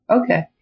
Okay